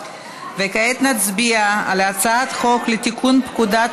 כרגע נצביע על הצעת חוק לתיקון פקודת